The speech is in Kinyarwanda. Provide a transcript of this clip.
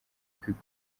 kwiga